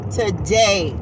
today